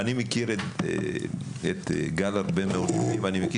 אני מכיר את גל הרבה מאוד שנים ואני מכיר